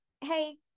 hey